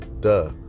duh